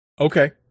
Okay